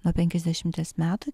nuo penkiasdešimties metų